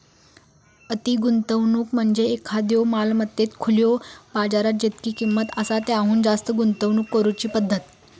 अति गुंतवणूक म्हणजे एखाद्यो मालमत्तेत खुल्यो बाजारात जितकी किंमत आसा त्याहुन जास्त गुंतवणूक करुची पद्धत